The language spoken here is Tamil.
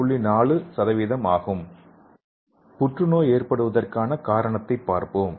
4 ஐ ஆக்கிரமிக்கிறது புற்றுநோய் ஏற்படுவதற்கான காரணத்தைப் பார்ப்போம்